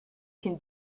can